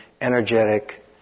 energetic